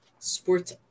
Sports